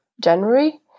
January